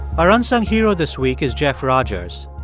our unsung hero this week is jeff rogers.